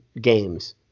games